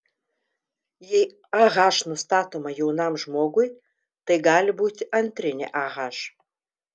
jei ah nustatoma jaunam žmogui tai gali būti antrinė ah